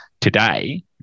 today